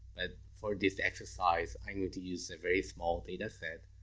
ah for this exercise, i'm going to use a very small data set,